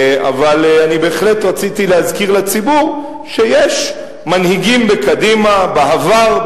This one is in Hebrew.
אבל אני בהחלט רציתי להזכיר לציבור שיש מנהיגים בקדימה בעבר,